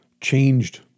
changed